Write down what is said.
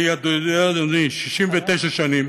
אתה יודע, אדוני, 69 שנים